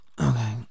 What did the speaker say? Okay